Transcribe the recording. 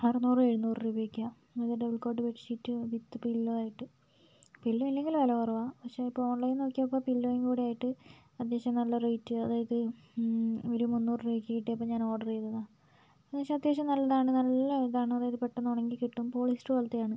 അറന്നൂറ് എഴുന്നൂറ് രൂപയൊക്കെയാണ് അത് double cot bed sheet with pillow ആയിട്ട് പില്ലോ ഇല്ലെങ്കിൽ വില കുറവാണ് പക്ഷേ ഇപ്പോൾ ഓൺലൈൻ നോക്കിയപ്പോൾ പില്ലോയും കൂടെ ആയിട്ട് അത്യാവശ്യം നല്ല റേറ്റ് അതായത് ഒരു മൂന്നൂറുവക്ക് കിട്ടിയപ്പോൾ ഞാൻ ഓർഡർ ചെയ്തതാണ് എന്നുവെച്ചാൽ അത്യാവശ്യം നല്ലതാണ് നല്ല ഇതാണ് അതായത് പെട്ടന്ന് ഉണങ്ങി കിട്ടും പോളിസ്റ്റെർ പോലെത്തെയാണ്